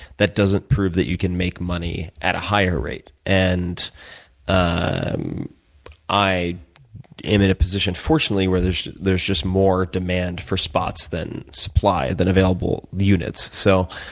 that doesn't prove that you can make money at a higher rate. and ah um i am in a position, fortunately, where there's there's just more demand for spots than supply, than available units. so